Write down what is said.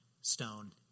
stone